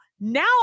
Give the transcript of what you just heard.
now